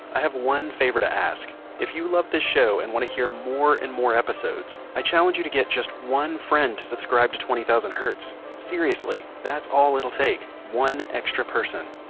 i have one favor to ask. if you love this show and want to hear more and more episodes i challenge you to get just one friend to subscribe to twenty thousand hertz. seriously, that's all it will take. one extra person.